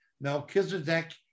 Melchizedek